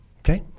Okay